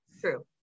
true